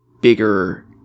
bigger